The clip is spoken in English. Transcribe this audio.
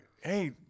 Hey